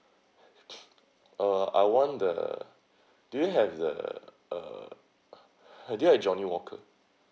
uh I want the do you have the uh do you have johnnie walker